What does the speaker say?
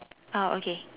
ah okay